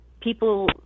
people